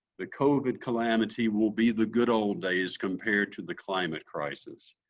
the covid calamity will be the good old days compared to the climate crisis.